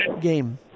game